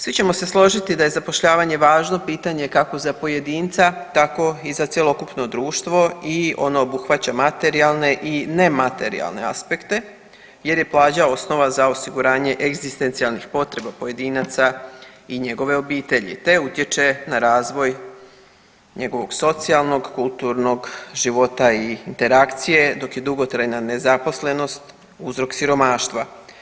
Svi ćemo se složiti da je zapošljavanje važno pitanje kako za pojedinca tako i za cjelokupno društvo i ono obuhvaća materijalne i nematerijalne aspekte jer je plaća osnova za osiguranje egzistencijalnih potreba pojedinaca i njegove obitelji te utječe na razvoj njegovog socijalnog, kulturnog života i interakcije dok je dugotrajna nezaposlenost uzrok siromaštva.